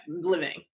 living